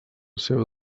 seva